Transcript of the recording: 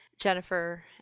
Jennifer